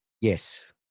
Yes